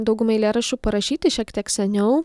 dauguma eilėraščių parašyti šiek tiek seniau